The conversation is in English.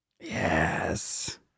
Yes